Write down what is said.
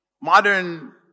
modern